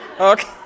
okay